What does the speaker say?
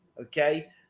Okay